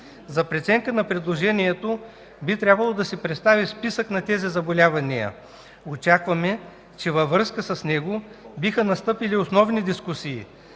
За преценка на предложението би трябвало да се представи списък на тези заболявания. Очакваме, че във връзка с него биха настъпили основни дискусии.